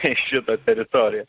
į šitą teritoriją